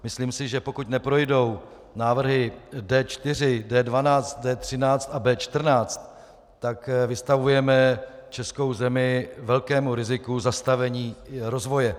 Myslím si, že pokud neprojdou návrhy D4, D12, D13 a B14, tak vystavujeme českou zemi velkému riziku zastavení rozvoje.